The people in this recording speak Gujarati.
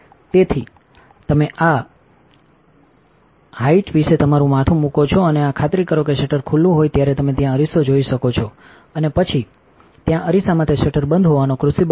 તેથી તમે આ heightંચાઈ વિશે તમારું માથું મુકો છો અને ખાતરી કરો કે શટર ખુલ્લું હોય ત્યારે તમે ત્યાં અરીસો જોઈ શકો છો અને પછી ત્યાં અરીસામાં તે શટર બંધ હોવાનો ક્રુસિબલ લાગે છે